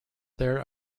there